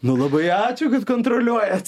nu labai ačiū kad kontroliuojat